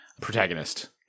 protagonist